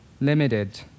limited